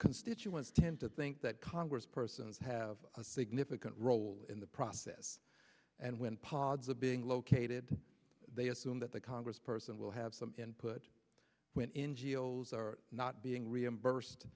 constituents tend to think that congress persons have a significant role in the process and when pods are being located they assume that the congress person will have some input when n g o s are not being reimbursed